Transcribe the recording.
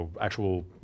actual